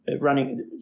running